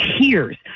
tears